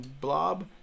blob